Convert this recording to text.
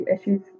issues